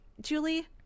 Julie